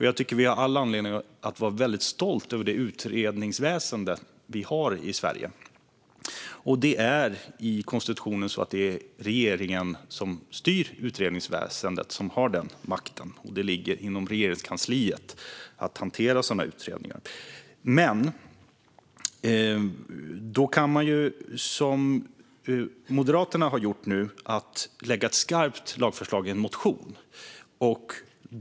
Jag tycker att vi har all anledning att vara stolta över det utredningsväsen vi har i Sverige. Det är enligt konstitutionen regeringen som har makten att styra utredningsväsendet, och det ligger på Regeringskansliet att hantera sådana utredningar. Då kan man, som Moderaterna nu har gjort, lägga ett skarpt lagförslag i en motion.